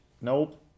nope